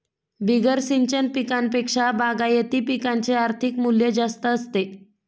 बिगर सिंचन पिकांपेक्षा बागायती पिकांचे आर्थिक मूल्य जास्त असते